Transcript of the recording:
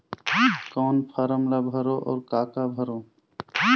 कौन फारम ला भरो और काका भरो?